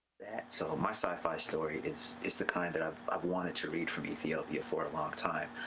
so my sci-fi story is is the kind that i've i've wanted to read from ethiopia for a long time.